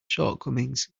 shortcomings